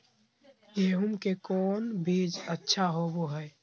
गेंहू के कौन बीज अच्छा होबो हाय?